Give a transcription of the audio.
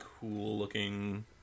cool-looking